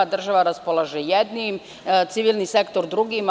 Država raspolaže jednim, civilni sektor drugim.